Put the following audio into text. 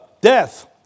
death